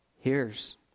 hears